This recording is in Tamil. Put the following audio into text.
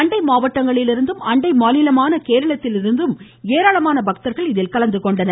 அண்டை மாவட்டங்களிலிருந்தும் அண்டை மாநிலமான கேரளத்திலிருந்தும் ஏராளமான பக்தர்கள் இதில் கலந்து கொண்டனர்